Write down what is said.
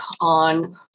on